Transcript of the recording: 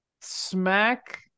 Smack